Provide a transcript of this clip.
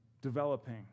developing